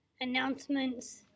announcements